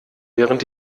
während